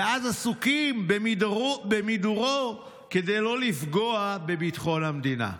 ואז עסוקים במידורו כדי לא לפגוע בביטחון המדינה.